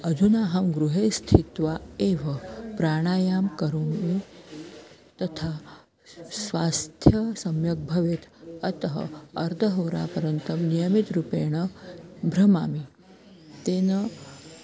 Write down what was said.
अधुना अहं गृहे स्थित्वा एव प्राणायामं करोमि तथा स्वास्थ्यं सम्यक् भवेत् अतः अर्धहोरापर्यन्तं नियमितरूपेण भ्रमामि तेन